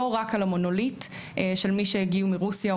רק על המונולית של מי שהגיעו מרוסיה,